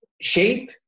shape